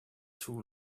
too